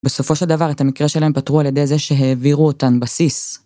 בסופו של דבר את המקרה שלהם פתרו על ידי זה שהעבירו אותן בסיס.